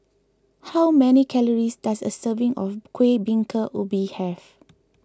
how many calories does a serving of Kueh Bingka Ubi have